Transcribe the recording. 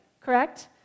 correct